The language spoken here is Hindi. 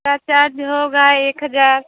इसका चार्ज होगा एक हज़ार